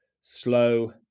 slow